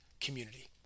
community